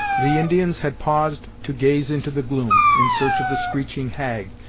the indians had paused to gaze into the gloom, in search of the screeching hag,